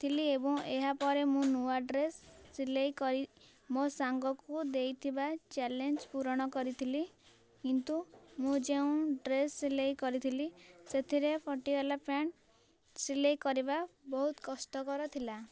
ଥିଲି ଏବଂ ଏହାପରେ ମୁଁ ନୂଆ ଡ୍ରେସ୍ ସିଲେଇ କରି ମୋ ସାଙ୍ଗକୁ ଦେଇଥିବା ଚ୍ୟାଲେଞ୍ଜ ପୂରଣ କରିଥିଲି କିନ୍ତୁ ମୁଁ ଯେଉଁ ଡ୍ରେସ ସିଲେଇ କରିଥିଲି ସେଥିରେ ପଟିଆଲା ପ୍ୟାଣ୍ଟ ସିଲେଇ କରିବା ବହୁତ କଷ୍ଟକର ଥିଲା